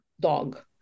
dog